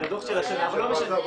לא משנה,